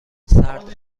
سرد